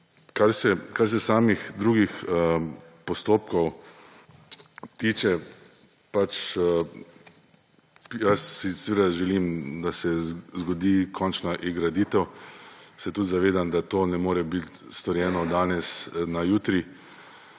Kar se drugih postopkov tiče, jaz si seveda želim, da se zgodi končno eGraditev. Se tudi zavedam, da to ne more biti storjeno od danes na jutri.